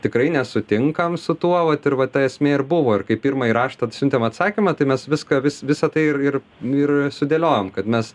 tikrai nesutinkam su tuo vat ir va ta esmė ir buvo ir kai pirmąjį raštą siuntėm atsakymą tai mes viską vis visa tai ir ir ir sudėliojom kad mes